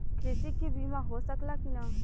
कृषि के बिमा हो सकला की ना?